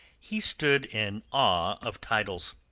he stood in awe of titles.